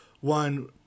one